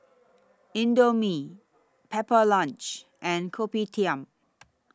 Indomie Pepper Lunch and Kopitiam